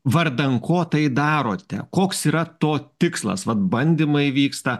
vardan ko tai darote koks yra to tikslas vat bandymai vyksta